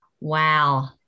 Wow